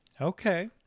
Okay